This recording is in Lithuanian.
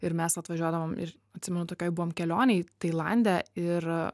ir mes vat važiuodavom ir atsimenu tokioj buvom kelionėj tailande ir